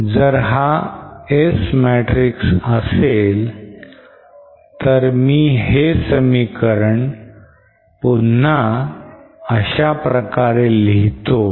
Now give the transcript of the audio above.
जर हा S matrix असेल तर मी हे समीकरण पुन्हा अशाप्रकारे लिहितो